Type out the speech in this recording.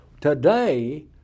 today